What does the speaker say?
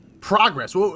progress